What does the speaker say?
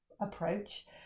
approach